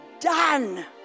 done